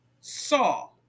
saw